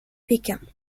pékin